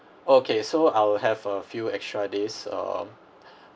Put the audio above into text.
okay so I'll have a few extra days um